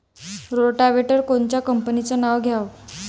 Rotavator कोनच्या कंपनीचं घ्यावं?